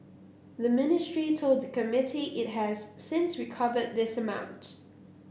the ministry told the committee it has since recovered this amount